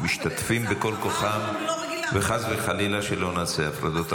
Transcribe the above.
משתתפים בכל כוחם, וחס וחלילה שלא נעשה הפרזות.